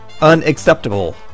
unacceptable